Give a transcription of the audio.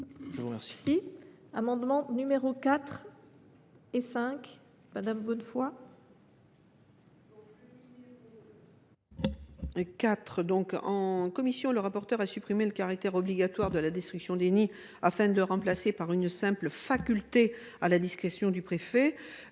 je vous remercie